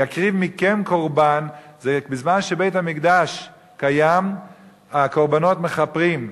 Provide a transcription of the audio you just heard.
"יקריב מכם קרבן" זה בזמן שבית-המקדש קיים הקורבנות מכפרים.